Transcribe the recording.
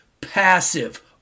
passive